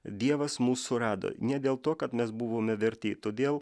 dievas mus surado ne dėl to kad mes buvome verti todėl